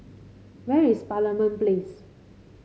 where is Parliament Place